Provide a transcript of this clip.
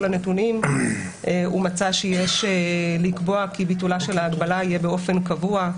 הנתונים ומצא שיש לקבוע כי ביטולה של ההגבלה יהיה באופן קבוע,